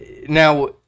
now